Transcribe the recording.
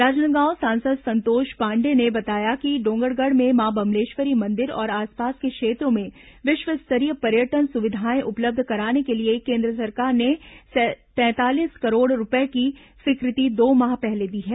राजनांदगांव सांसद संतोष पांडेय ने बताया कि डोंगरगढ़ में मां बम्लेश्वरी मंदिर और आसपास के क्षेत्रों में विश्व स्तरीय पर्यटन सुविधाएं उपलब्ध कराने के लिए केन्द्र सरकार ने तैंतालीस करोड़ रूपये की स्वीकृति दो माह पहले दी है